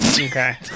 Okay